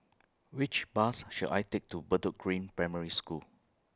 Which Bus should I Take to Bedok Green Primary School